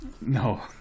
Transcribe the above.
No